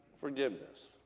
forgiveness